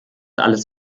alles